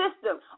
system